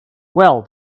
well